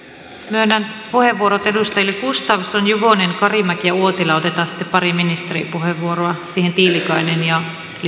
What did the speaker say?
myönnän puheenvuorot edustajille gustafsson juvonen karimäki ja uotila otetaan sitten pari ministeripuheenvuoroa siihen tiilikainen ja